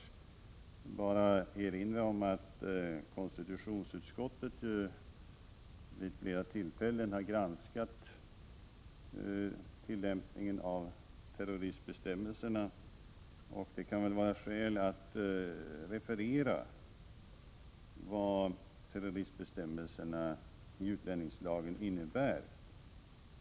Jag vill bara erinra om att konstitutionsutskottet vid flera tillfällen har granskat tillämpningen av terroristbestämmelserna, och det kan väl vara skäl att referera vad terroristbestämmelserna i utlänningslagen innebär.